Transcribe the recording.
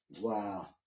Wow